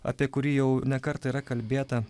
apie kurį jau ne kartą yra kalbėta